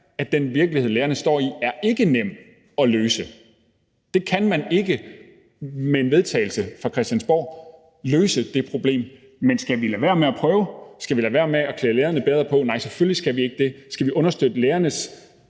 til den virkelighed, lærerne står i, at problemet ikke er nemt at løse. Det kan man ikke med en vedtagelse fra Christiansborg, altså løse det problem. Men skal vi lade være med at prøve? Skal vi lade være med at klæde lærerne bedre på? Nej, selvfølgelig skal vi ikke det. Skal vi understøtte lærernes